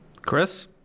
Chris